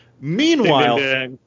Meanwhile